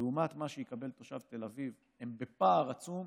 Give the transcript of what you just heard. לעומת מה שיקבל תושב תל אביב הם בפער עצום,